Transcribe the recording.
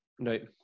right